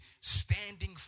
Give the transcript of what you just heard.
standing